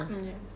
mm ya